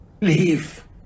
Leave